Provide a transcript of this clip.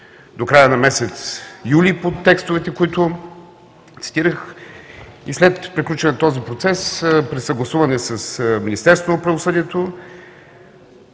до края на месец юли по текстовете, които цитирах, и след приключване на този процес, при съгласуване с Министерството на правосъдието,